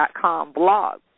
blog